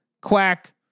quack